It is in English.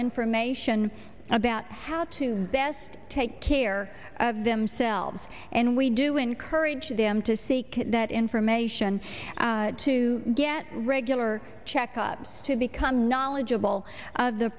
information about how to best take care of themselves and we do encourage them to seek that information to get regular checkups to become knowledgeable of the